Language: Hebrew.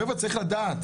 חבר'ה, צריך לדעת,